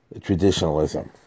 traditionalism